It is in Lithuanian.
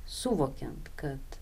suvokiant kad